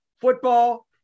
football